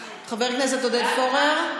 חבר הכנסת עודד פורר,